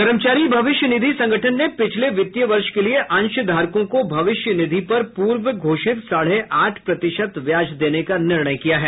कर्मचारी भविष्य निधि संगठन ने पिछले वित्तीय वर्ष के लिए अंशधारकों को भविष्य निधि पर पूर्व घोषित साढ़े आठ प्रतिशत ब्याज देने का निर्णय किया है